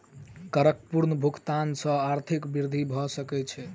करक पूर्ण भुगतान सॅ आर्थिक वृद्धि भ सकै छै